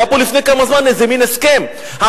לפני זמן מה היה פה איזה מין הסכם שהאמריקנים